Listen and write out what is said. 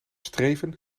streven